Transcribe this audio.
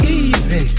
Easy